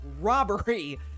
robbery